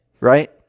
right